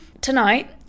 tonight